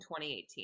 2018